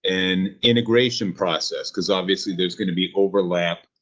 and integration process, because obviously there's going to be overlap.